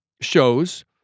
shows